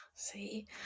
See